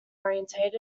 oriented